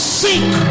seek